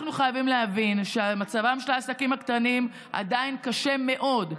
אנחנו חייבים להבין שמצבם של העסקים הקטנים עדיין קשה מאוד,